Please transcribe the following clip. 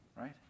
right